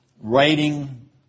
writing